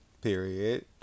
period